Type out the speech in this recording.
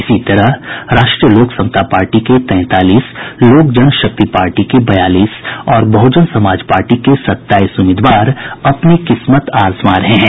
इसी तरह राष्ट्रीय लोक समता पार्टी के तैंतालीस लोक जनशक्ति पार्टी के बयालीस और बहुजन समाज पार्टी के सत्ताईस उम्मीदवार अपनी किस्मत आजमा रहे हैं